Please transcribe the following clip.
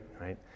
right